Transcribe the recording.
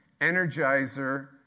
energizer